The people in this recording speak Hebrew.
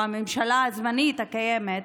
או הממשלה הזמנית הקיימת,